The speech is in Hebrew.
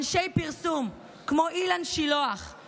אנשי פרסום כמו אילן שילוח,